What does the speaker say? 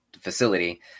facility